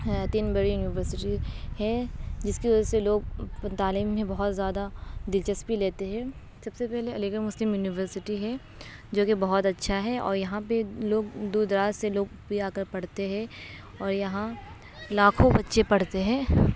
تین بڑی یونیورسٹی ہے جس کی وجہ سے لوگ تعلیم میں بہت زیادہ دلچسپی لیتے ہے سب سے پہلے علی گڑھ مسلم یونیورسٹی ہے جو کہ بہت اچھا ہے اور یہاں پہ لوگ دور دراز سے لوگ بھی آ کر پڑھتے ہے اور یہاں لاکھوں بچے پڑھتے ہیں